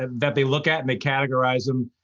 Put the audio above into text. ah that they look at and they categorize them,